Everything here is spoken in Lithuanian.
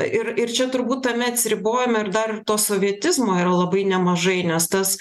ir ir čia turbūt tame atsiribojame ir dar to sovietizmo yra labai nemažai nes tas